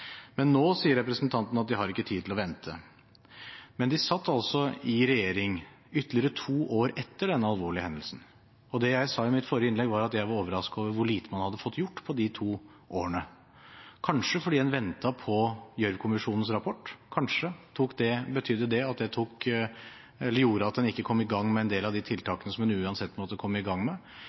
men de satt altså i regjering i ytterligere to år etter den alvorlige hendelsen. Det jeg sa i mitt forrige innlegg, var at jeg var overrasket over hvor lite man hadde fått gjort på de to årene – kanskje fordi en ventet på Gjørv-kommisjonens rapport. Kanskje gjorde det at en ikke kom i gang med en del av de tiltakene som en uansett måtte komme i gang med.